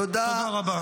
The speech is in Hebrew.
תודה רבה.